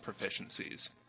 proficiencies